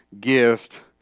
gift